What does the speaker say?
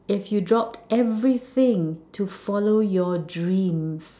if you dropped everything to follow your dream